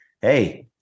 Hey